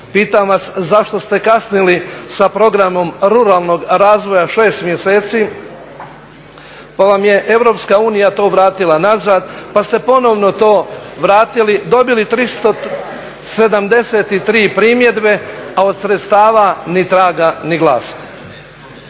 Pitam vas zašto ste kasnili sa Programom ruralnog razvoja 6 mjeseci, pa vam je EU to vratila nazad, pa ste ponovno to vratili. Dobili 373 primjedbe, a od sredstava ni traga ni glasa.